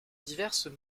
diverses